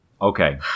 Okay